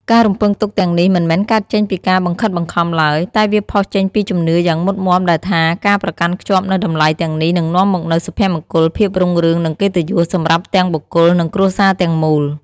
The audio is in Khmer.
ការរំពឹងទុកទាំងនេះមិនមែនកើតចេញពីការបង្ខិតបង្ខំឡើយ តែវាផុសចេញពីជំនឿយ៉ាងមុតមាំដែលថា ការប្រកាន់ខ្ជាប់នូវតម្លៃទាំងនេះនឹងនាំមកនូវ សុភមង្គល ភាពរុងរឿង និងកិត្តិយស សម្រាប់ទាំងបុគ្គល និងគ្រួសារទាំងមូល។